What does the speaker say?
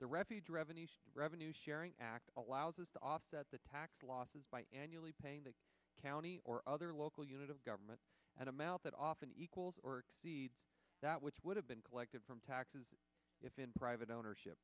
the refuge revenue revenue sharing act allows us to offset the tax losses by annually paying the county or other local unit of government and amount that often equals or that which would have been collected from taxes if in private ownership